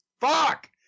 fuck